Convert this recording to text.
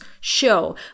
show